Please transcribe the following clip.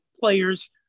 players